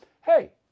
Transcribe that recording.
hey